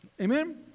Amen